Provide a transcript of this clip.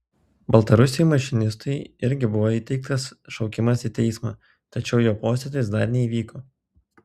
baltarusiui mašinistui irgi buvo įteiktas šaukimas į teismą tačiau jo posėdis dar nevyko